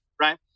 right